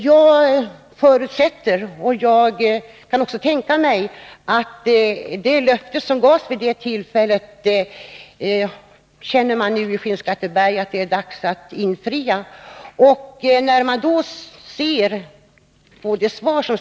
Jag förutsätter, och jag kan också tänka mig att man nu i Skinnskatteberg känner, att det är dags att infria det löfte som gavs vid det tillfället.